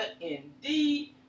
indeed